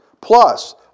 plus